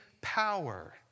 power